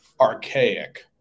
archaic